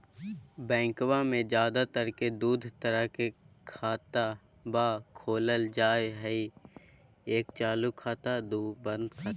बैंकवा मे ज्यादा तर के दूध तरह के खातवा खोलल जाय हई एक चालू खाता दू वचत खाता